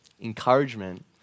Encouragement